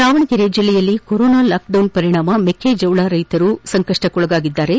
ದಾವಣಗೆರೆ ಜಿಲ್ಲೆಯಲ್ಲಿ corona lockdown ಪರಿಣಾಮ ಮೆಕ್ಕೆಜೋಳ ರೈತರು ಸಂಕಪ್ಟಕ್ಕೋಗಾಗಿದ್ದಾರೆ